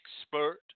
expert